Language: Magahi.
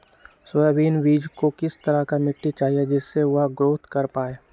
सोयाबीन बीज को किस तरह का मिट्टी चाहिए जिससे वह ग्रोथ कर पाए?